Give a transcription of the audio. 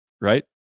right